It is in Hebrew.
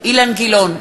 אילן גילאון,